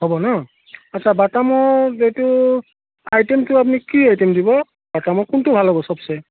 হ'ব ন আচ্ছা বাটামৰ যিটো আইটেমটো আপুনি কি আইটেম দিব বাটামৰ কোনটো ভাল হ'ব চবচে